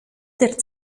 der